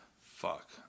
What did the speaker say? fuck